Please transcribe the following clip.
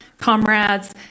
comrades